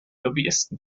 lobbyisten